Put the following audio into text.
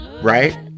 right